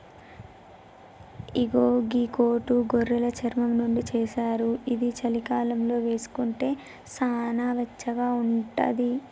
ఇగో గీ కోటు గొర్రెలు చర్మం నుండి చేశారు ఇది చలికాలంలో వేసుకుంటే సానా వెచ్చగా ఉంటది